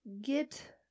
get